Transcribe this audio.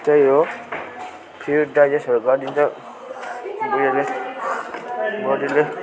त्यही हो फ्लुइड डाइजेस्टहरू गरिदिन्छ उयोले बडीले